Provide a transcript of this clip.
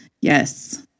Yes